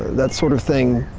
that sort of thing